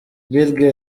bill